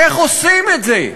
איך עושים את זה?